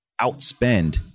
outspend